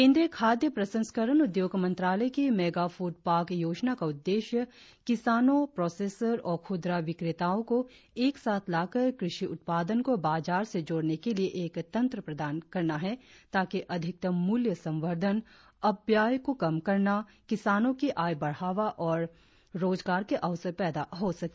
केंद्रीय खाद्य प्रसंस्करण उद्योग मंत्रालय की मेगा फूड पार्क योजना का उद्देश्य किसानों प्रोसेसर और खुदरा विक्रेताओं को एक साथ लाकर कृषि उत्पादन को बाजार से जोड़ने के लिए एक तंत्र प्रदान करना है ताकि अधिकतम मूल्य संवर्धन अपव्यय को कम करना किसानों की आय बढ़ावा और रोजगार के अवसर पैदा हो सके